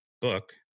book